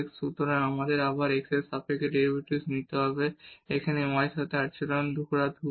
সুতরাং আমাদের আবার x এর সাপেক্ষে ডেরিভেটিভ নিতে হবে এখানে y এর সাথে আচরণ করা ধ্রুবক